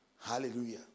hallelujah